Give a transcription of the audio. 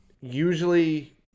usually